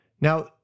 Now